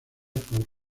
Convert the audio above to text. por